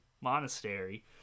monastery